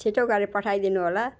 छिटो गरी पठाइदिनु होला